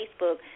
Facebook